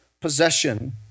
possession